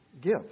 give